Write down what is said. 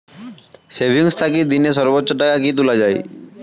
Savings থাকি দিনে সর্বোচ্চ টাকা কি তুলা য়ায়?